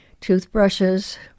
toothbrushes